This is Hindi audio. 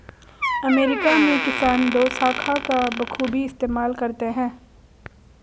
अमेरिका में किसान दोशाखा का बखूबी इस्तेमाल करते हैं